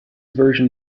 version